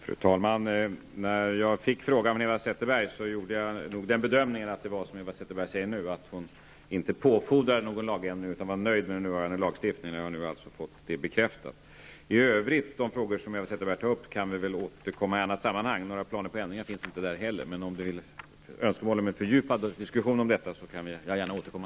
Fru talman! När jag fick frågan från Eva Zetterberg gjorde jag nog den bedömningen att hon, som Eva Zetterberg nu säger, inte påfordrar en någon lagändring utan var nöjd med den nuvarande lagstiftningen. Jag har nu alltså fått detta bekräftat. I övrigt kan vi väl återkomma till de frågor som Eva Zetterberg tar upp i annat sammanhang. Några planer på förändringar finns inte heller där. Men om Eva Zetterberg önskar en fördjupad diskussion kan jag gärna återkomma.